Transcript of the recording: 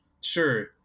sure